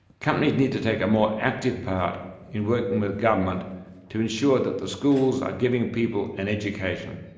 companies need to take a more active part in working with government to ensure that the schools are giving people an education.